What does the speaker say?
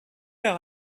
heure